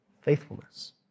Faithfulness